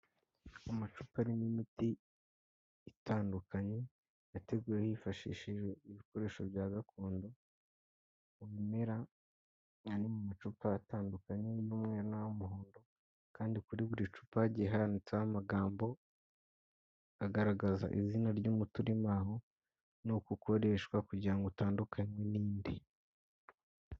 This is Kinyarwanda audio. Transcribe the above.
Amacupa arimo imiti, itandukanye, yateguwe hifashishijwe ibikoresho bya gakondo ,mu bimera, ari mu macupa atandukanye, harimo ay'umweru n'ay'umuhondo ,kandi kuri buri cupa gihagiye handitseho amagambo, agaragaza izina ry'umuti urimo aho, ni uko ukoreshwa kugirango utandukanywe n'indi.